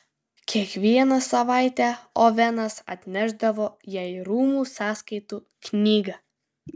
kiekvieną savaitę ovenas atnešdavo jai rūmų sąskaitų knygą